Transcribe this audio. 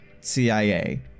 CIA